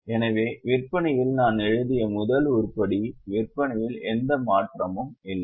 எனவே விற்பனையில் நான் எழுதிய முதல் உருப்படி விற்பனையில் எந்த மாற்றமும் இல்லை